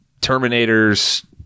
Terminator's